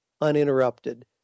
uninterrupted